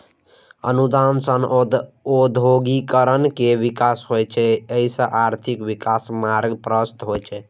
अनुदान सं औद्योगिकीकरण के विकास होइ छै, जइसे आर्थिक विकासक मार्ग प्रशस्त होइ छै